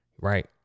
right